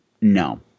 No